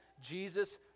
Jesus